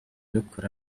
rukora